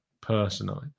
personally